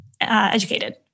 educated